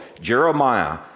Jeremiah